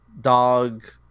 dog